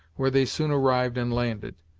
where they soon arrived and landed.